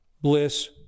bliss